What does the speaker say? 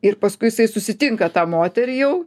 ir paskui jisai susitinka tą moterį jau